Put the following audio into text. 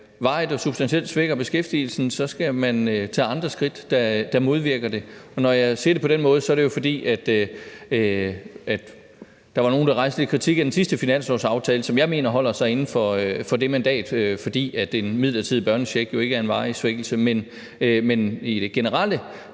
varigt og substantielt svækker beskæftigelsen, skal man tage andre skridt, der modvirker det. Og når jeg siger det på den måde, er det, fordi der var nogle, der rejste lidt kritik af den sidste finanslovsaftale, som jeg mener holder sig inden for det mandat, fordi en midlertidig børnecheck jo ikke er en varig svækkelse. Men i forhold